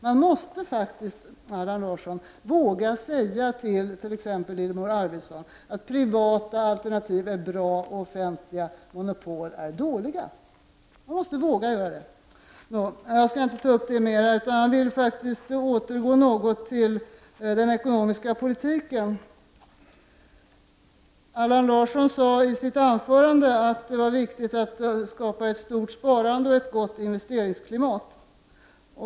Man måste faktiskt, Allan Larsson, våga säga till exempelvis Lillemor Arvidsson att privata alternativ är bra och offentliga monopol är dåliga. Man måste våga göra det. Jag skall inte ta upp mer om detta, utan jag vill faktiskt återgå till den ekonomiska politiken. Allan Larsson sade i sitt anförande att det var viktigt att skapa ett stort sparande och ett gott investeringsklimat.